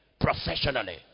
professionally